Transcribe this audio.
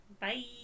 Bye